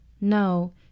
No